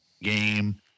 game